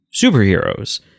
superheroes